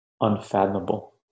unfathomable